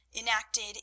enacted